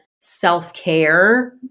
self-care